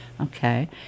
Okay